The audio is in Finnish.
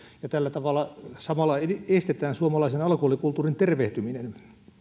tällä tavalla samalla estetään suomalaisen alkoholikulttuurin tervehtyminen